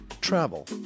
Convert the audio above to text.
travel